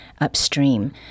upstream